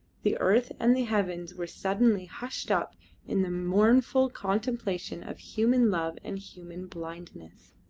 the earth and the heavens were suddenly hushed up in the mournful contemplation of human love and human blindness.